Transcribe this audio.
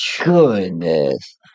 goodness